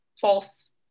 false